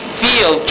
feel